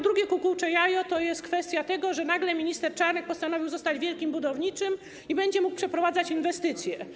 Drugie kukułcze jajo to jest kwestia tego, że nagle minister Czarnek postanowił zostać wielkim budowniczym i będzie mógł przeprowadzać inwestycje.